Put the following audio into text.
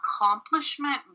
accomplishment